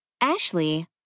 Ashley